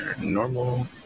Normal